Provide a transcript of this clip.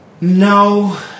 No